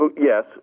yes